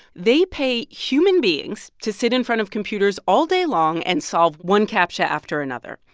they pay human beings to sit in front of computers all day long and solve one captcha after another.